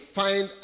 find